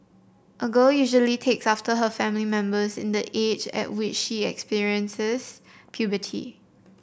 a girl usually takes after her family members in the age at which she experiences puberty